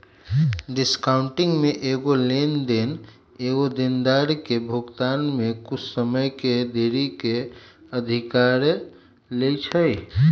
discounting में एगो लेनदार एगो देनदार के भुगतान में कुछ समय के देरी के अधिकार लेइ छै